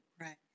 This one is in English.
Right